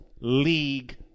league